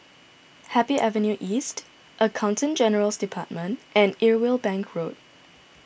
Happy Avenue East Accountant General's Department and Irwell Bank Road